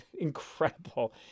incredible